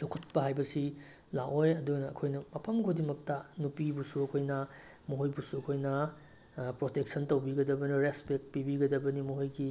ꯆꯥꯎꯈꯠꯄ ꯍꯥꯏꯕꯁꯤ ꯂꯥꯛꯑꯣꯏ ꯑꯗꯨꯅ ꯑꯩꯈꯣꯏꯅ ꯃꯐꯝ ꯈꯨꯗꯤꯡꯃꯛꯇ ꯅꯨꯄꯤꯕꯨꯁꯨ ꯑꯩꯈꯣꯏꯅ ꯃꯈꯣꯏꯕꯨꯁꯨ ꯑꯩꯈꯣꯏꯅ ꯄ꯭ꯔꯣꯇꯦꯛꯁꯟ ꯇꯧꯕꯤꯒꯗꯕꯅꯤ ꯔꯦꯁꯄꯦꯛ ꯄꯤꯕꯤꯒꯗꯕꯅꯤ ꯃꯈꯣꯏꯒꯤ